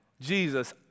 Jesus